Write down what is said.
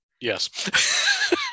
Yes